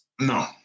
No